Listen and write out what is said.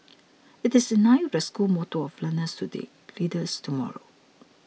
it is in line with the school motto of learners today leaders tomorrow